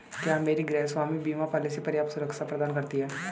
क्या मेरी गृहस्वामी बीमा पॉलिसी पर्याप्त सुरक्षा प्रदान करती है?